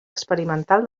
experimental